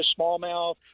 smallmouth